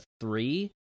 three